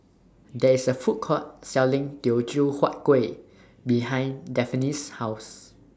There IS A Food Court Selling Teochew Huat Kueh behind Dafne's House